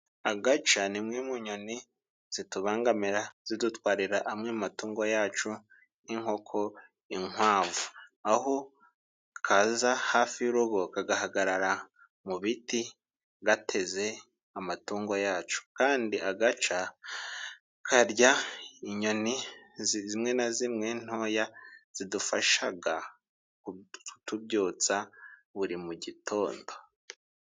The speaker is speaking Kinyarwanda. Agaca ni imwe mu nyoni zitubangamira zidutwarira amwe matungo yacu: Nk'inkoko, inkwavu, aho kaza hafi y'urugo kagahagarara mu ibiti gateze amatungo yacu. Kandi agaca karya inyoni zimwe na zimwe ntoya zidufashaga kutubyutsa buri mu gitondo.